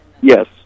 Yes